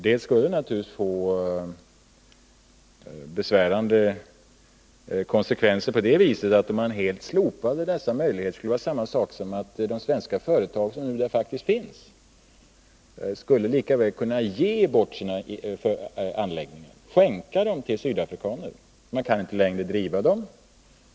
Det skulle naturligtvis få besvärande konsekvenser på det viset att om man helt slopade dessa möjligheter skulle det vara samma sak som att de svenska företag som faktiskt finns i Sydafrika lika väl skulle kunna ge bort sina anläggningar till sydafrikaner. Man skulle inte längre kunna driva företagen.